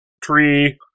tree